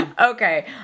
Okay